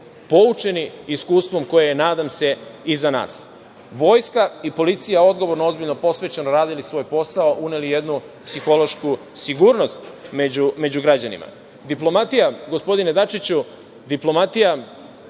poučeni iskustvom koje je, nadam se, iza nas. Vojska i policija su odgovorno, ozbiljno i posvećeno radili svoj posao. Uneli su jednu psihološku sigurnost među građanima. Diplomatija je, gospodine Dačiću, obraćam